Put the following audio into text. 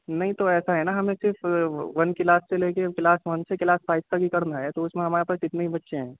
نہیں تو ایسا ہے نا ہمیں صرف ون کلاس سے لے کلاس ون سے کلاس فائو تک ہی کرنا ہے تو اُس میں ہمارے پاس اتنے ہی بچے ہیں